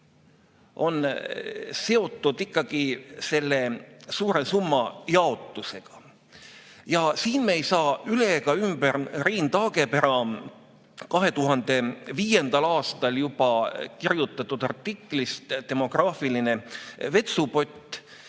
on seotud ikkagi selle suure summa jaotusega. Siin me ei saa üle ega ümber Rein Taagepera 2005. aastal kirjutatud artiklist "Demograafiline vetsupott",